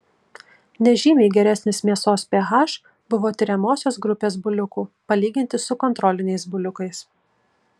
nežymiai geresnis mėsos ph buvo tiriamosios grupės buliukų palyginti su kontroliniais buliukais